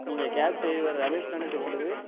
நீங்கள் cab driver Ramesh தானே பேசுவது